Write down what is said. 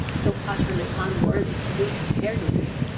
so utterly unworthy to be compared with you,